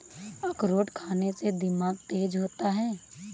अखरोट खाने से दिमाग तेज होता है